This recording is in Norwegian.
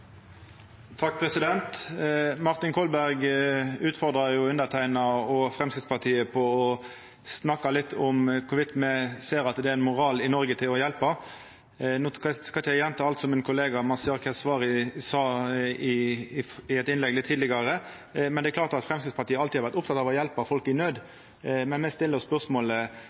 Martin Kolberg utfordrar underskrivne og Framstegspartiet til å snakka litt om i kva grad me ser at det er ein moral i Noreg for å hjelpa. No skal eg ikkje gjenta alt kollegaen min Mazyar Keshvari sa i eit innlegg litt tidlegare, men det er klart at Framstegspartiet alltid har vore oppteke av å hjelpa folk i nød. Men me stiller oss spørsmålet: